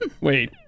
wait